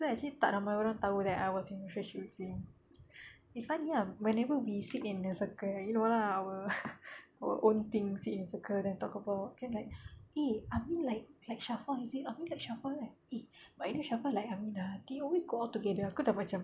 so actually tak ramai orang tahu that I was in a relationship with him we study ah whenever we sit in the circle you know ah our our own things sit in circle then talk about then like eh amin like shafwa is it amin like shafwa right eh but I know shafwa like amin ah they always go out together aku dah macam